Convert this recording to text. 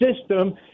system